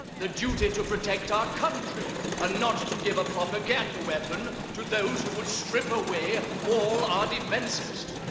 the duty to protect our country and not to give a propaganda weapon to those who would strip away all our defences.